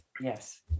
Yes